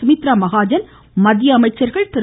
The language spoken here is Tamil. சுமித்ரா மகாஜன் மத்திய அமைச்சா்கள் திரு